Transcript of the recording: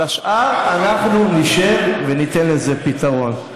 אבל השאר, אנחנו נשב וניתן לזה פתרון.